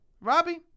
Robbie